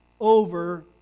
over